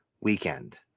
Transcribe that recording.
weekend